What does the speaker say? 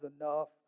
enough